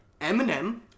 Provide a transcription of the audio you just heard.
Eminem